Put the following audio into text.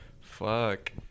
Fuck